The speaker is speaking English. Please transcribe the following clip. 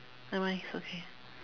nevermind it's okay